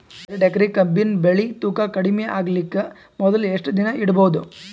ಎರಡೇಕರಿ ಕಬ್ಬಿನ್ ಬೆಳಿ ತೂಕ ಕಡಿಮೆ ಆಗಲಿಕ ಮೊದಲು ಎಷ್ಟ ದಿನ ಇಡಬಹುದು?